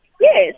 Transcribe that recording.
Yes